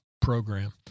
program